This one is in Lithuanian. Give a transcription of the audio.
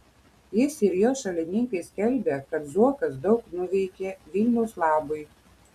jis ir jo šalininkai skelbia kad zuokas daug nuveikė vilniaus labui